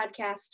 podcast